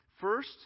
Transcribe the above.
First